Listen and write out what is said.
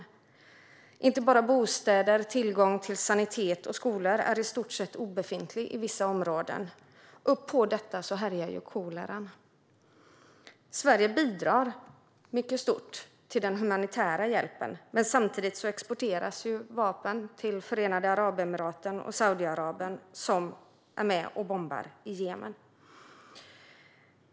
Tillgången till bostäder, sanitet och skolor är i stort sett obefintlig i vissa området, och dessutom härjar kolera. Sverige bidrar mycket stort till den humanitära hjälpen, men samtidigt exporteras vapen till Förenade Arabemiraten och Saudiarabien, som är med och bombar i Jemen.